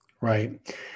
Right